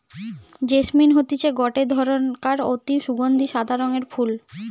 jasmine হতিছে গটে ধরণকার অতি সুগন্ধি সাদা রঙের ফুল